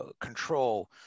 control